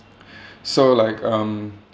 so like um